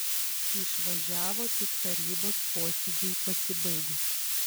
išvažiavo tik tarybos posėdžiui pasibaigus